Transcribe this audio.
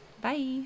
Bye